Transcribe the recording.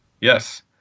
Yes